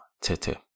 Tete